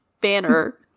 banner